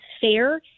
fair